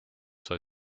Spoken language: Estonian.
sai